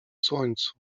słońcu